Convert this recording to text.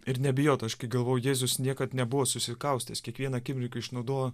ir nebijot aš kai galvoju jėzus niekad nebuvo susikaustęs kiekvieną akimirką išnaudojo